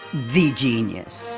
the genius.